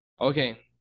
Okay